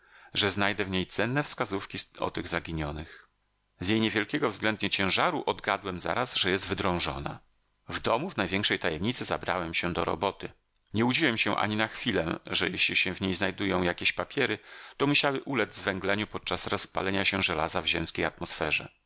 że znajdę w niej cenne wskazówki o tych zaginionych z jej niewielkiego względnie ciężaru odgadłem zaraz że jest wydrążona w domu w największej tajemnicy zabrałem się do roboty nie łudziłem się ani na chwilę że jeśli się w niej znajdują jakie papiery to musiały ulec zwęgleniu podczas rozpalenia się żelaza w ziemskiej atmosferze